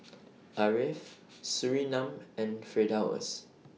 Ariff Surinam and Firdaus